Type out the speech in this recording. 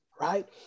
Right